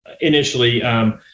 initially